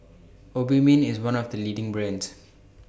Obimin IS one of The leading brands